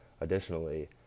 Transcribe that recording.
additionally